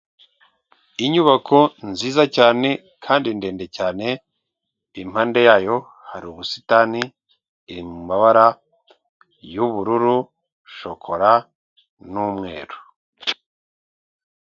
Inyubako nziza cyane kandi ndende cyane, impande yayo hari ubusitani, iri mu mabara y'ubururu, shokora n'umweru.